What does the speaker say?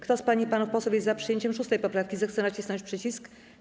Kto z pań i panów posłów jest za przyjęciem 6. poprawki, zechce nacisnąć przycisk.